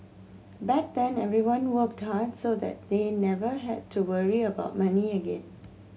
back then everyone worked hard so that they never had to ever worry about money again